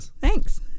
Thanks